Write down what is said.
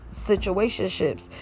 situationships